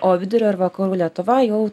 o vidurio ir vakarų lietuva jau